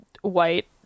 white